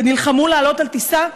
ונלחמו לעלות על טיסה,